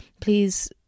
Please